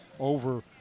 over